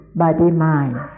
body-mind